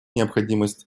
необходимость